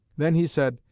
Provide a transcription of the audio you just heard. then he said,